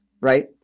right